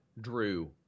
Drew